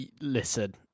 Listen